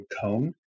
cone